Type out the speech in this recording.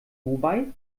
dubai